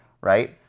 right